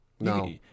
No